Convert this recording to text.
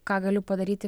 ką galiu padaryti